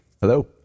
Hello